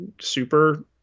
super